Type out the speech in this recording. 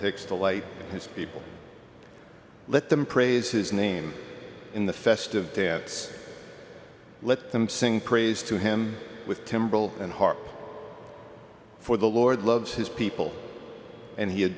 takes to light his people let them praise his name in the festive dance let them sing praise to him with timber and harp for the lord loves his people and he ad